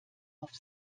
auf